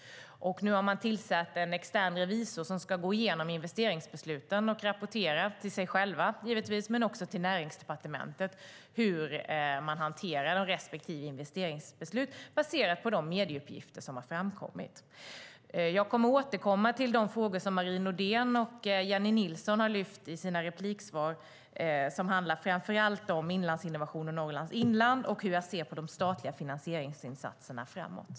Nu har man tillsatt en extern revisor som ska gå igenom investeringsbesluten och rapportera, givetvis till bolaget självt men också till Näringsdepartementet, hur man hanterar respektive investeringsbeslut baserat på de medieuppgifter som har framkommit. Jag kommer att återkomma till de frågor Marie Nordén och Jennie Nilsson har lyft fram i sina inlägg. Det handlar framför allt om Inlandsinnovation och Norrlands inland samt hur jag ser på de statliga finansieringsinsatserna framöver.